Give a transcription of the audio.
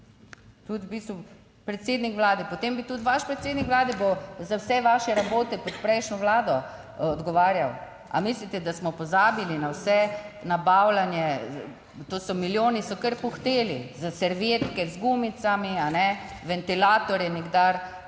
tudi v bistvu predsednik Vlade. Potem bi tudi vaš predsednik Vlade bo za vse vaše rabote pod prejšnjo Vlado odgovarjal. Ali mislite, da smo pozabili na vse nabavljanje, to so milijoni so kar puhteli s servietke z gumicami, ventilatorje, nikdar